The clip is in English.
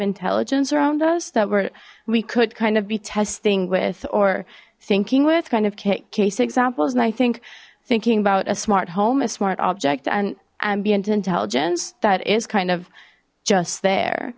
intelligence around us that were we could kind of be testing with or thinking with kind of case examples and i think thinking about a smart home a smart object and ambient intelligence that is kind of just there